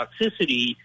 toxicity